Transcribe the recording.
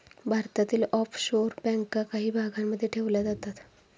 भारतातील ऑफशोअर बँका काही भागांमध्ये ठेवल्या जातात